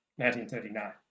1939